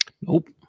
Nope